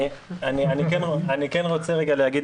אני כן רוצה להגיד,